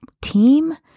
team